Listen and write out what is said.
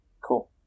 Cool